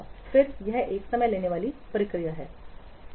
फिर यह एक समय लेने वाली प्रक्रिया है